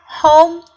home